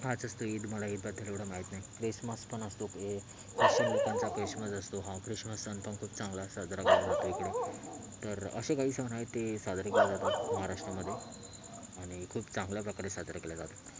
हाच असतो ईद मला ईदबद्दल एवढं माहीत नाही क्रिसमस पण असतो क्रिश्चियन लोकांचा किशमस असतो हा क्रिश्मस सण पण खूप चांगला साजरा केला जातो इकडे तर असे काही सण आहेत ते साजरे केले जातात महाराष्ट्रामध्ये आणि खूप चांगल्या प्रकारे साजरे केले जातात